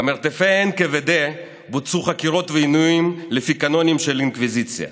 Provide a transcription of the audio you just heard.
במרתפי NKVD בוצעו חקירות ועינויים לפי קאנונים של אינקוויזיציה.